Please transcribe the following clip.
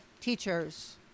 teachers